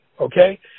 okay